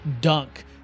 dunk